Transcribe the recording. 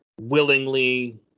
willingly